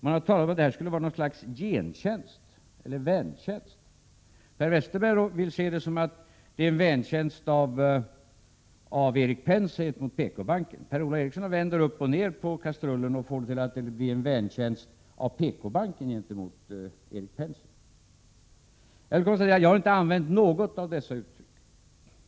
De har talat om att det skulle vara fråga om någon gentjänst eller väntjänst. Per Westerberg vill se det som att det är en väntjänst av Erik Penser gentemot PKbanken. Per-Ola Eriksson vänder upp och ned på kastrullen och får det till att det är fråga om en väntjänst av PKbanken gentemot Erik Penser. Jag har inte använt något av dessa uttryck.